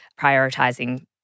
prioritizing